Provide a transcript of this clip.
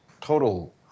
total